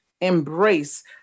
embrace